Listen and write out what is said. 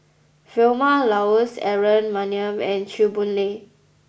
Vilma Laus Aaron Maniam and Chew Boon Lay